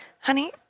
honey